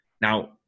Now